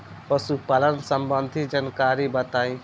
पशुपालन सबंधी जानकारी बताई?